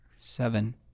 seven